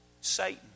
Satan